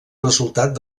resultat